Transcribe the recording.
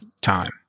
time